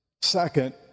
Second